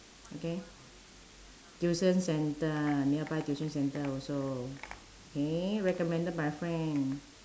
okay tuition centre nearby tuition centre also K recommended by friend